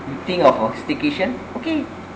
you think of a staycation okay